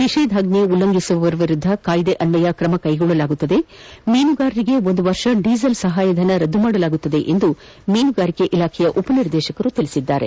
ನಿಷೇಧಾಜ್ಞೆ ಉಲ್ಲಂಘಿಸುವವರ ವಿರುದ್ಧ ಕಾಯ್ದೆ ಅನ್ವಯ ಕ್ರಮ ಕೈಗೊಳ್ಳಲಾಗುವುದಲ್ಲದೆ ಮೀನುಗಾರರಿಗೆ ಒಂದು ವರ್ಷ ಡೀಸೆಲ್ ಸಹಾಯಧನವನ್ನು ರದ್ದುಪಡಿಸಲಾಗುತ್ತದೆ ಎಂದು ಮೀನುಗಾರಿಕೆ ಇಲಾಖೆಯ ಉಪನಿರ್ದೇಶಕರು ತಿಳಿಸಿದ್ದಾರೆ